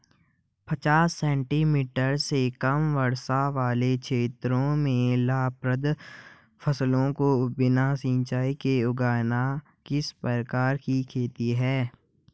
पचास सेंटीमीटर से कम वर्षा वाले क्षेत्रों में लाभप्रद फसलों को बिना सिंचाई के उगाना किस प्रकार की खेती है?